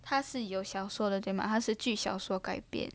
他是有小说的对吗还是据小说改编